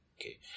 Okay